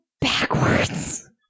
backwards